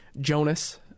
Jonas